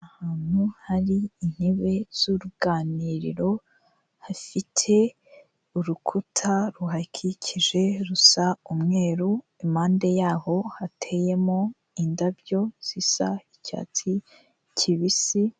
Ahantu hari intebe z'uruganiriro, hafite urukuta ruhakikije rusa umweru, impande yaho hateyemo indabyo zisa icyatsi kibisi.